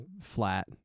flat